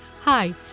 Hi